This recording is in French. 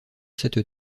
cette